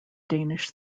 danish